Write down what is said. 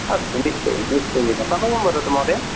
अस्तु निश्चयेन निश्चयेन समयं वदतु महोदय